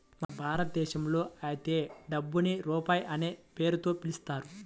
మన భారతదేశంలో అయితే డబ్బుని రూపాయి అనే పేరుతో పిలుస్తారు